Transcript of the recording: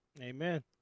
Amen